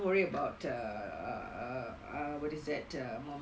worry about err what is that uh